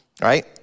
right